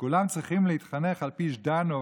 שכולם צריכים להתחנך על פי ז'דאנוב,